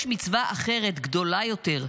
יש מצווה אחרת גדולה יותר,